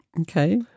Okay